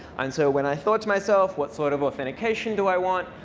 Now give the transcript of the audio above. and so when i thought to myself, what sort of authentication do i want,